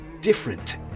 different